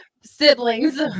siblings